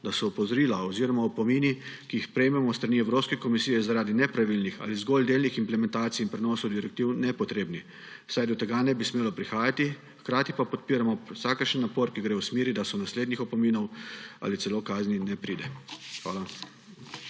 da so opozorila oziroma opomini, ki jih prejmemo s strani Evropske komisije zaradi nepravilnih ali zgolj delnih implementacij in prenosov direktiv nepotrebni, saj do tega ne bi smelo prihajati. Hkrati pa podpiramo vsakršen napor, ki gre v smeri, da do naslednjih opominov ali celo kazni ne pride. Hvala.